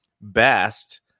best